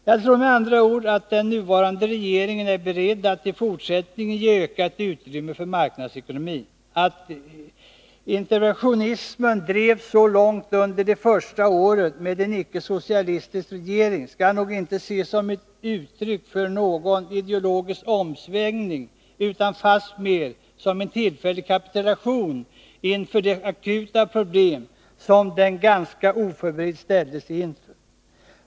Jag tror med andra ord att den nuvarande regeringen är beredd att i fortsättningen ge ökat utrymme för marknadsekonomin. Att interventionismen drevs så långt under de första åren med en icke-socialistisk regering skall noginte ses som uttryck för någon ideologisk omsvängning, utan fastmer som en tillfällig kapitulation inför de akuta problem som regeringen ganska oförberedd ställdes inför.